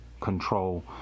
control